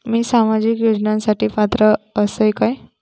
मी सामाजिक योजनांसाठी पात्र असय काय?